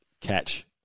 catch